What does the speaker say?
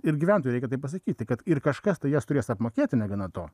ir gyventojui reikia tai pasakyti kad ir kažkas tai jas turės apmokėti negana to